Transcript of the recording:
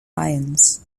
ions